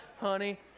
honey